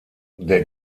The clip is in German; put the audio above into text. der